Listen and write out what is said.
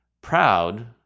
Proud